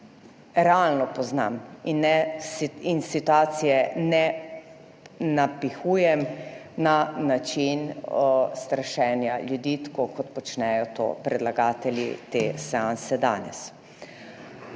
realno poznam in ne, in situacije ne napihujem na način strašenja ljudi, tako kot počnejo to predlagatelji te seanse danes.